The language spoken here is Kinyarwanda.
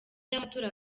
y’amatora